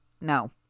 No